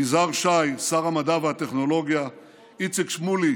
יזהר שי, שר המדע והטכנולוגיה, איציק שמולי,